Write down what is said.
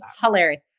hilarious